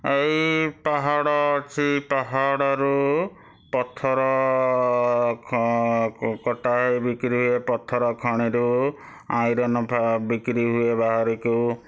ଏଇ ପାହାଡ଼ ଅଛି ପାହାଡ଼ରୁ ପଥର କଟା ହୋଇ ବିକ୍ରୀ ହୁଏ ପଥର ଖଣିରୁ ଆଇରନ୍ ବିକ୍ରୀ ହୁଏ ବାହାରକୁ